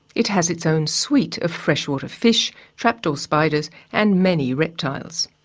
it has its own suite of freshwater fish, trapdoor spiders and many reptiles.